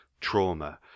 trauma